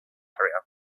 area